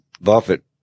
Buffett